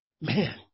man